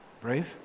brave